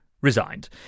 resigned